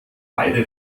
beide